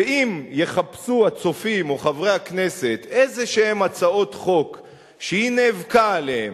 ואם יחפשו הצופים או חברי הכנסת איזה הצעות חוק שהיא נאבקה עליהן,